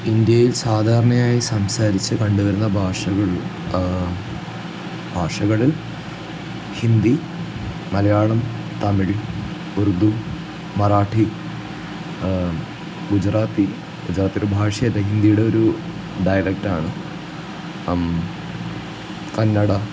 ഇന്ത്യയിൽ സാധാരണയായി സംസാരിച്ച് കണ്ടുവരുന്ന ഭാഷകൾ ഭാഷകളില് ഹിന്ദി മലയാളം തമിഴ് ഉറുദു മറാഠി ഗുജറാത്തി ഗുജറാത്തി ഒരു ഭാഷയല്ല ഹിന്ദിയുടെ ഒരു ഡയലക്റ്റാണ് കന്നഡ